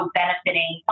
benefiting